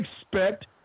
expect